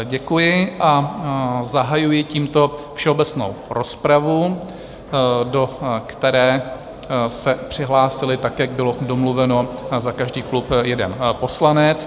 Děkuji a zahajuji tímto všeobecnou rozpravu, do které se přihlásil, jak bylo domluveno, za každý klub jeden poslanec.